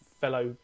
fellow